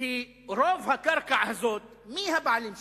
רוב הקרקע הזאת, מי הבעלים שלה?